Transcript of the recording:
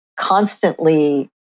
constantly